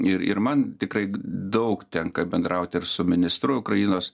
ir ir man tikrai daug tenka bendraut ir su ministru ukrainos